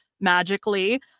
magically